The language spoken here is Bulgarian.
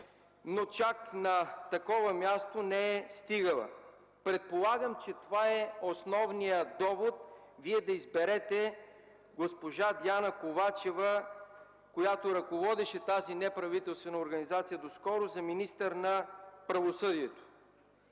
но чак на такова място не е стигала. Предполагам, че това е основният довод Вие да изберете госпожа Диана Ковачева, която ръководеше тази неправителствена организация доскоро, за министър на правосъдието.